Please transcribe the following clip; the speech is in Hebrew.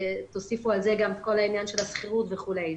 תוסיפו על זה את כל עניין השכירות וכולי.